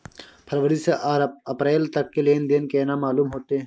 फरवरी से अप्रैल तक के लेन देन केना मालूम होते?